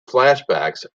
flashbacks